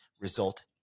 result